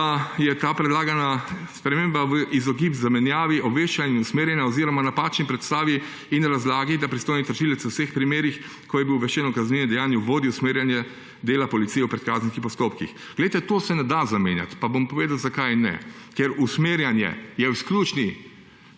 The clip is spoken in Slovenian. da je ta predlagana sprememba v izogib zamenjavi obveščanja in usmerjanja oziroma napačni predstavi in razlagi, da pristojni tožilec v vseh primerih, ko je bil obveščen o kaznivih dejanjih, vodi usmerjanje dela policije v predkazenskih postopkih. Glejte, to se ne da zamenjati, pa bom povedal, zakaj ne. Ker je usmerjanje v izključni